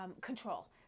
control